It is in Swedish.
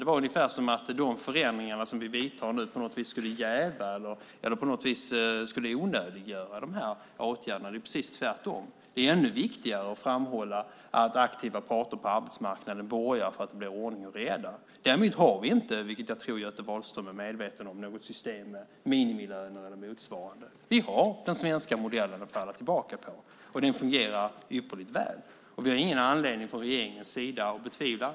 Det var ungefär som att de förändringar som vi nu vidtar på något vis skulle jäva eller onödiggöra dessa åtgärder. Det är precis tvärtom. Det är ännu viktigare att framhålla att aktiva parter på arbetsmarknaden borgar för att det blir ordning och reda. Däremot har vi inte, vilket jag tror Göte Wahlström är medveten om, något system med minimilöner eller liknande. Vi har den svenska modellen att falla tillbaka på, och den fungerar mycket väl. Vi har ingen anledning från regeringens sida att betvivla det.